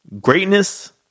Greatness